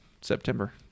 September